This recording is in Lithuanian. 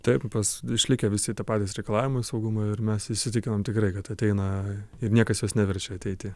taip pas išlikę visi tie patys reikalavimai saugumo ir mes įsitikinam tikrai kad ateina ir niekas jos neverčia ateiti